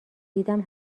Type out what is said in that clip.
دیدم